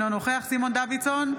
אינו נוכח סימון דוידסון,